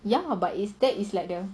ya but it's that is like the